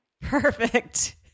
Perfect